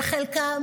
וחלקן,